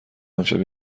امشب